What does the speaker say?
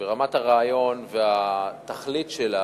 ברמת הרעיון והתכלית שלה